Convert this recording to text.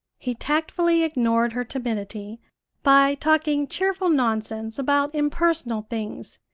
he tactfully ignored her timidity by talking cheerful nonsense about impersonal things,